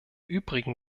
übrigen